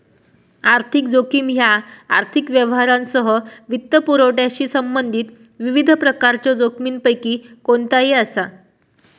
आर्थिक जोखीम ह्या आर्थिक व्यवहारांसह वित्तपुरवठ्याशी संबंधित विविध प्रकारच्यो जोखमींपैकी कोणताही असा